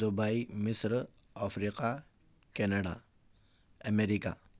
Dubai مصر افریقہ Canada امریکہ